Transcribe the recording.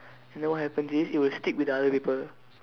and then what happen is it will stick with the other paper